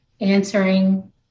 answering